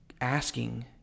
asking